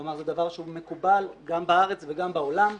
כלומר, זה דבר שהוא מקובל גם בארץ וגם בעולם.